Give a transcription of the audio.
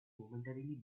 momentarily